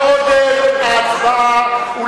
קודם ההצבעה.